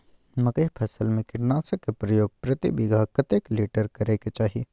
मकई फसल में कीटनासक के प्रयोग प्रति बीघा कतेक लीटर करय के चाही?